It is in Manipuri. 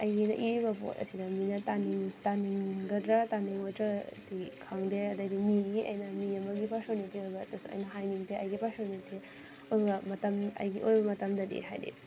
ꯑꯩꯅ ꯏꯔꯤꯕ ꯄꯣꯠ ꯑꯁꯤꯗ ꯃꯤꯅ ꯇꯥꯅꯤꯡꯒꯗ꯭ꯔꯥ ꯇꯥꯅꯤꯡꯉꯣꯏꯗ꯭ꯔꯥ ꯍꯥꯏꯗꯤ ꯈꯪꯗꯦ ꯑꯗꯩꯗꯤ ꯃꯤꯒꯤ ꯑꯩꯅ ꯃꯤ ꯑꯃꯒꯤ ꯄꯔꯁꯣꯅꯦꯜꯒꯤ ꯑꯣꯏꯕ ꯄꯣꯠꯁꯨ ꯑꯩꯅ ꯍꯥꯏꯅꯤꯡꯗꯦ ꯑꯩꯒꯤ ꯄꯔꯁꯣꯅꯦꯜꯒꯤ ꯑꯣꯏꯕ ꯃꯇꯝ ꯑꯩꯒꯤ ꯑꯣꯏꯕ ꯃꯇꯝꯗꯗꯤ ꯍꯥꯏꯗꯤ